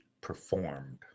performed